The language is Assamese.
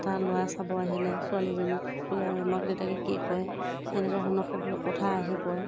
এটা ল'ৰাই চাব আহিলে ছোৱালী এজনী বোলে মাক দেউতাকে কি কৰে সেনেকুৱা ধৰণৰ খবৰ কথা আহি পৰে